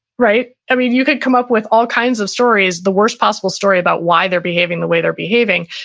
right? i mean you could come up with all kinds of stories, the worst possible story about why they're behaving, the way they're behaving.